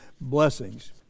blessings